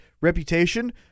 reputation